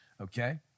okay